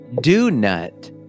Do-nut